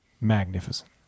magnificent